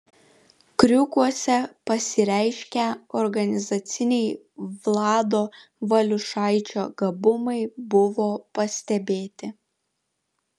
kriukuose pasireiškę organizaciniai vlado valiušaičio gabumai buvo pastebėti